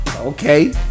Okay